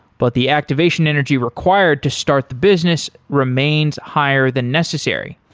but the activation energy required to start the business remains higher than necessary.